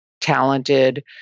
talented